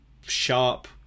sharp